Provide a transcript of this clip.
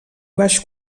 baix